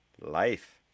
Life